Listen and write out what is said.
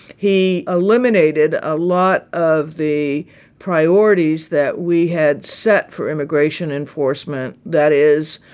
he eliminated a lot of the priorities that we had set for immigration enforcement. that is,